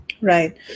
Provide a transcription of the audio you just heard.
Right